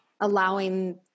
allowing